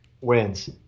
wins